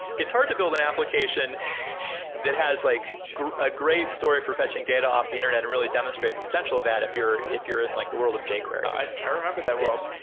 it's hard to build an application that has like a ah great story for fetching data off the internet and really demonstrate the potential of that if you're if you're in like the world of jquery. i remember that world.